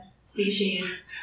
species